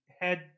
head